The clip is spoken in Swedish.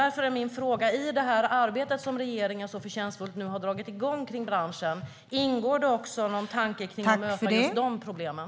Därför är min fråga om det i arbetet med branschen som regeringen nu så förtjänstfullt har dragit igång ingår någon tanke om att möta just de problemen.